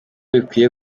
bikwiye